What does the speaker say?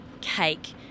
cake